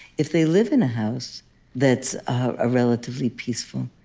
if they live in a house that's ah relatively peaceful,